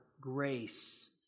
grace